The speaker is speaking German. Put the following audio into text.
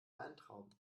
weintrauben